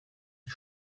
die